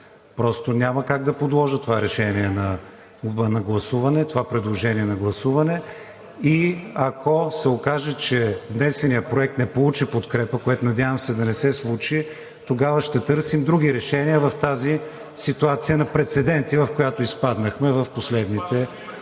Няма как да подложа това предложение на гласуване и, ако се окаже, че внесеният Проект не получи подкрепа, което надявам се да не се случи, тогава ще търсим други решения в тази ситуация на прецеденти, в която изпаднахме в последните дни.